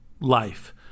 life